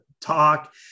talk